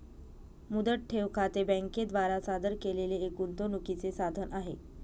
मुदत ठेव खाते बँके द्वारा सादर केलेले एक गुंतवणूकीचे साधन आहे